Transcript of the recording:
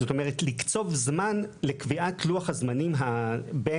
זאת אומרת לקצוב זמן לקביעת לוח הזמנים בין